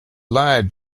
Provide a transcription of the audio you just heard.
lied